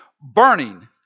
burning